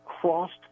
crossed